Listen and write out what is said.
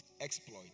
exploit